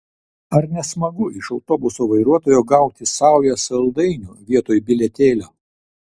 ar ne smagu iš autobuso vairuotojo gauti saują saldainių vietoj bilietėlio